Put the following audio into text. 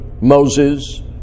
Moses